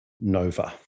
nova